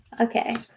Okay